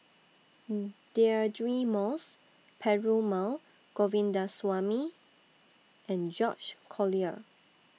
Deirdre Moss Perumal Govindaswamy and George Collyer